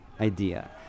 idea